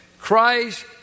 Christ